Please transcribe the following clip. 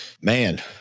Man